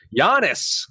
Giannis